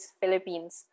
Philippines